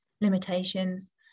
limitations